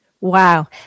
Wow